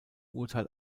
urteil